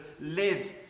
live